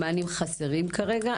המענים חסרים כרגע.